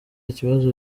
ikibazo